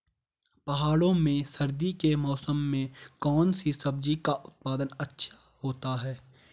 पहाड़ों में सर्दी के मौसम में कौन सी सब्जी का उत्पादन अच्छा होता है?